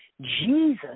Jesus